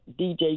DJ